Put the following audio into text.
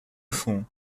fonds